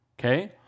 Okay